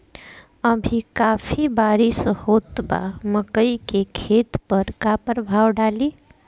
अभी काफी बरिस होत बा मकई के खेत पर का प्रभाव डालि?